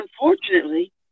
unfortunately